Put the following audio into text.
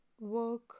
work